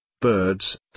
Birds